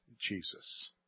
Jesus